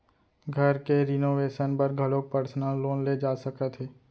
घर के रिनोवेसन बर घलोक परसनल लोन ले जा सकत हे